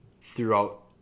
throughout